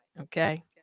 okay